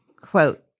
quote